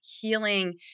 healing